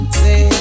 say